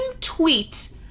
tweet